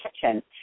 kitchen